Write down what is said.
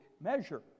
measure